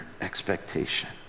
expectation